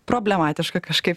problematiška kažkaip